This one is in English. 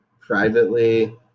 privately